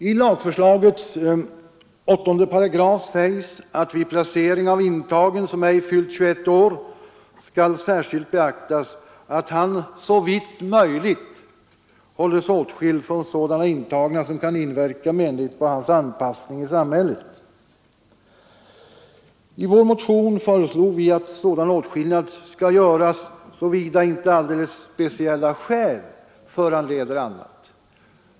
I lagförslagets 8 § sägs: ”Vid placering av intagen som ej fyllt 21 år skall särskilt beaktas att han såvitt möjligt hålles åtskild från sådana intagna som kan inverka menligt på hans anpassning i samhället.” I vår motion föreslog vi att sådan åtskillnad skall göras såvida inte alldeles speciella skäl föranleder annat.